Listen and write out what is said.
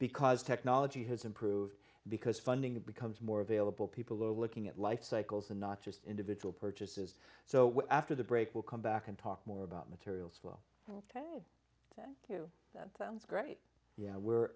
because technology has improved because funding becomes more available people are looking at life cycles and not just individual purchases so after the break we'll come back and talk more about materials well i'll tell you that sounds great yeah